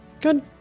Good